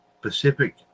Pacific